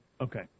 Okay